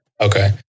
okay